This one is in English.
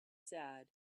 sad